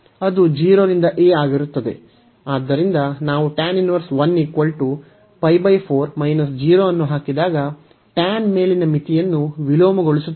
ಆದ್ದರಿಂದ ನಾವು ಅನ್ನು ಹಾಕಿದಾಗ tan ಮೇಲಿನ ಮಿತಿಯನ್ನು ವಿಲೋಮಗೊಳಿಸುತ್ತದೆ